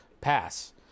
pass